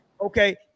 okay